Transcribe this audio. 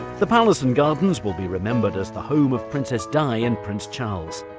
the palace and gardens will be remembered as the home of princess di and prince charles,